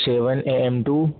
seven A M to